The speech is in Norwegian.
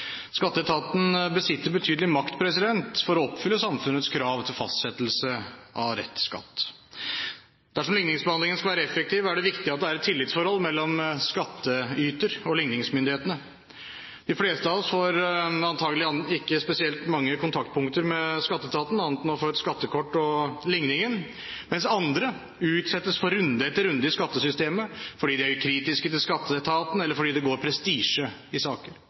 Skatteetaten besitter betydelig makt for å oppfylle samfunnets krav til fastsettelse av rett skatt. Dersom ligningsbehandlingen skal være effektiv, er det viktig at det er et tillitsforhold mellom skattyter og ligningsmyndighetene. De fleste av oss får antagelig ikke spesielt mange kontaktpunkter med Skatteetaten, annet enn å få et skattekort og ligningen. Andre utsettes for runde etter runde i skattesystemet fordi de er kritiske til Skatteetaten, eller fordi det går prestisje i saker.